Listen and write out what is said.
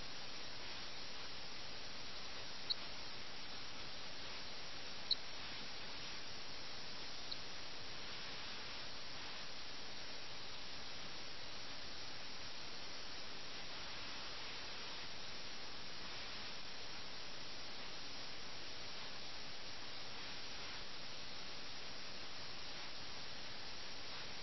രക്തച്ചൊരിച്ചിലില്ല അതിനാൽ തോൽവി വളരെ നിശബ്ദമായിരുന്നു വീണ്ടും രക്തച്ചൊരിച്ചിലില്ല അത് പൂർണ്ണമായും അഹിംസാത്മകമായിരുന്നു ഈ അഹിംസ വിലമതിക്കാനാവാത്തതാണ് നിങ്ങൾക്ക് ഇത്തരത്തിലുള്ള അഹിംസയെ വിലമതിക്കാൻ കഴിയില്ല കാരണം ആളുകൾ വിദേശ ഭരണാധികാരികൾക്ക് അധികാരം വിട്ടുകൊടുക്കുന്നു ഇത്തരത്തിലുള്ള അഹിംസ ദൈവങ്ങളെ പ്രസാദിപ്പിക്കില്ല